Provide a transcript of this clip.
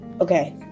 Okay